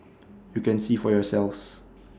you can see for yourselves